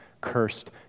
cursed